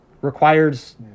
requires